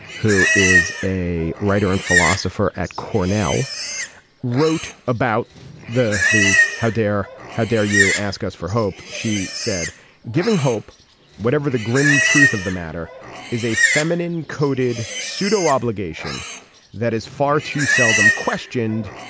who is a writer and philosopher at cornell wrote about the the how dare how dare you ask us for hope. she said giving hope whatever the grim truth of the matter is a feminine coded pseudo obligation that is far too seldom questioned.